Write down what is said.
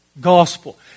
gospel